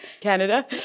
Canada